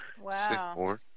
Wow